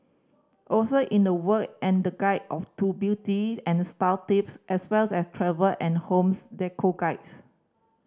also in the work and the guide of to beauty and style tips as well as travel and homes decor guides